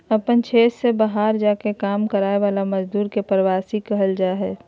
अपन क्षेत्र से बहार जा के काम कराय वाला मजदुर के प्रवासी कहल जा हइ